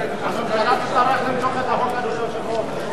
הממשלה תצטרך למשוך את החוק, אדוני היושב-ראש.